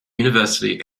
university